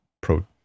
pro